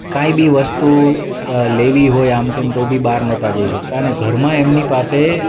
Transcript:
કાંઇ બી વસ્તુ લેવી હોય આમ તેમ તો બી બહાર નહોતા જઈ શકતા ને ઘરમાં એમની પાસે